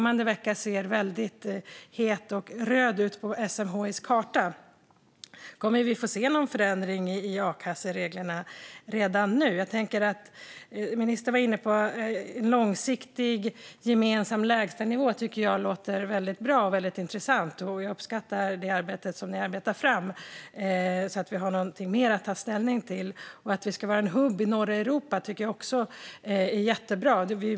Denna vecka ser väldigt röd ut på SMHI:s karta. Kommer vi att få se någon förändring i a-kassereglerna redan nu? Ministern var inne på en långsiktig gemensam lägstanivå. Det låter bra och intressant, och jag uppskattar regeringens arbete så att vi har något mer att ta ställning till. Att vi ska vara en hubb i norra Europa låter också jättebra.